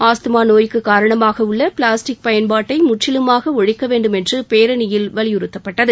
asthma நோய்க்கு காரணமாக உள்ள பிளாஸ்டிக் பயன்பாட்டை முற்றிலுமாக ஒழிக்க வேண்டும் என்று பேரணியில் வலியுறுத்தப்பட்டது